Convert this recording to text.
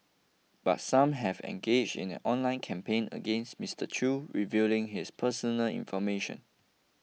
but some have engaged in an online campaign against Mister Chew revealing his personal information